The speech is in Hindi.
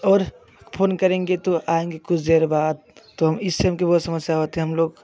और फोन करेंगे तो आएंगे कुछ देर बाद तो हम इस सब की बहुत समस्या होती है हम लोग